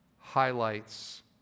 highlights